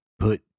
put